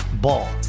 Ball